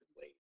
wait